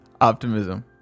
Optimism